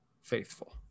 faithful